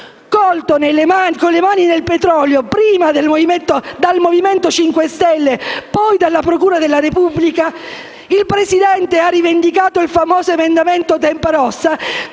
Colto con le mani nel petrolio prima dal Movimento 5 Stelle, poi dalla procura della Repubblica, il presidente Renzi ha rivendicato il famoso emendamento Tempa Rossa,